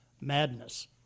madness